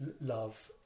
love